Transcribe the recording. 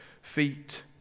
feet